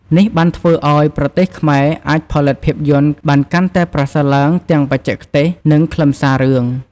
នេះបានធ្វើឱ្យ ប្រទេសខ្មែរអាចផលិតភាពយន្ត បានកាន់តែប្រសើរឡើងទាំងបច្ចេកទេស និង ខ្លឹមសាររឿង។